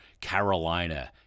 Carolina